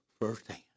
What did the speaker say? firsthand